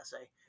essay